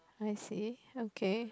I see okay